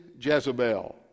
Jezebel